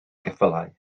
geffylau